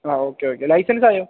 ആ okay okay ലൈസൻസായോ